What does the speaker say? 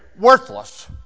worthless